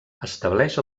estableix